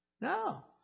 No